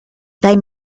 they